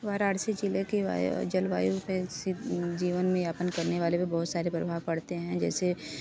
वाराणसी ज़िले की जलवायु जीवनयापन करने वाले में बहुत सारे प्रभाव पढ़ते हैं जैसे